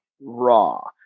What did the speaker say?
raw